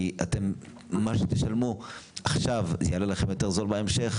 כי מה שתשלמו עכשיו יעלה לכם פחות בהמשך,